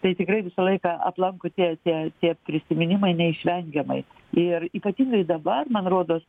tai tikrai visą laiką aplanko tie tie tie prisiminimai neišvengiamai ir ypatingai dabar man rodos